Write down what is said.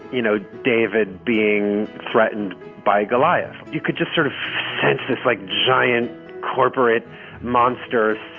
you know, david being threatened by goliath. you could just sort of sense this like giant corporate monsters,